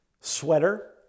sweater